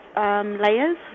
Layers